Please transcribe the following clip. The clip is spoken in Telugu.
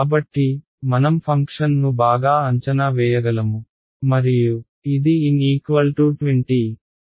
కాబట్టి మనం ఫంక్షన్ను బాగా అంచనా వేయగలము మరియు ఇది N 20